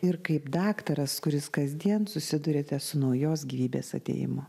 ir kaip daktaras kuris kasdien susiduriate su naujos gyvybės atėjimu